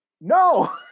No